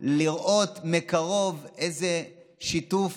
ולראות מקרוב איזה שיתוף